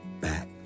back